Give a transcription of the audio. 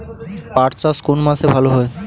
পাট চাষ কোন মাসে ভালো হয়?